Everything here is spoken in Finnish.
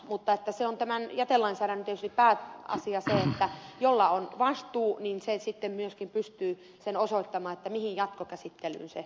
mutta tietysti tämän jätelainsäädännön pääasia on se että se jolla on vastuu sitten pystyy myöskin osoittamaan mihin jatkokäsittelyyn se jäte viedään